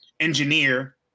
engineer